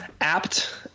apt